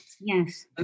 Yes